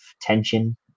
tension